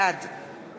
בעד